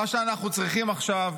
מה שאנחנו צריכים עכשיו,